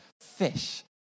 fish